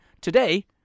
today